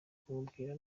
kumubwira